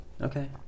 Okay